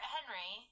Henry